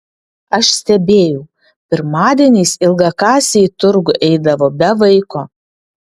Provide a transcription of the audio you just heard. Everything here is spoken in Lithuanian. aš stebėjau pirmadieniais ilgakasė į turgų eidavo be vaiko